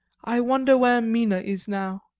i wonder where mina is now,